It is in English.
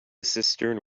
cistern